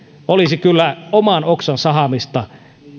olisi kyllä oman oksan sahaamista